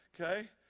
okay